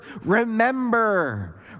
remember